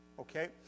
okay